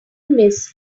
miss